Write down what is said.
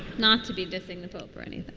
not to be dissing the pope or any.